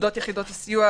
עובדות יחידות הסיוע,